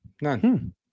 None